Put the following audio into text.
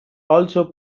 also